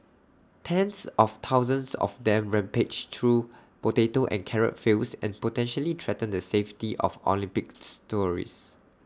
tens of thousands of them rampage through potato and carrot fields and potentially threaten the safety of Olympics tourists